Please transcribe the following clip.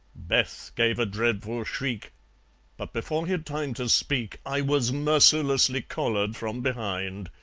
beth gave a dreadful shriek but before he'd time to speak i was mercilessly collared from behind.